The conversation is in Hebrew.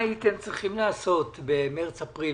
הייתם צריכים לעשות במרץ-אפריל?